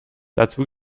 dazu